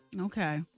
Okay